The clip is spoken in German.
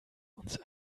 uns